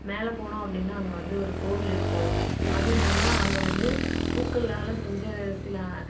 மேலே போனோம் அப்படின்னா அங்கே வந்து ஒரு கோவில் இருக்கும் அது இல்லாமல் அங்கே வந்து பூக்கள்லால் செஞ்ச சில